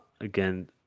again